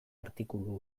artikulu